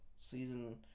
season